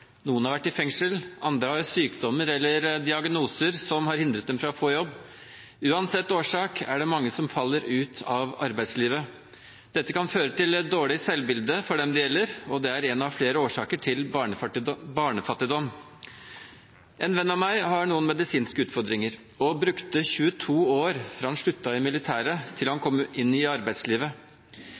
Noen har vært i fengsel, andre har sykdommer eller diagnoser som har hindret dem i å få jobb. Uansett årsak er det mange som faller ut av arbeidslivet. Dette kan føre til et dårlig selvbilde for dem det gjelder, og det er en av flere årsaker til barnefattigdom. En venn av meg har noen medisinske utfordringer og brukte 22 år fra han sluttet i militæret til han kom inn i arbeidslivet.